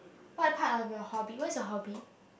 what part of your hobby what's your hobby